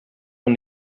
man